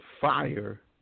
fire